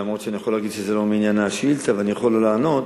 אף שאני יכול להגיד שזה לא מעניין השאילתה ואני יכול לא לענות,